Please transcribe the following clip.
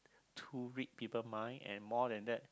to read people mind and more than that